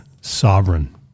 sovereign